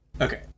okay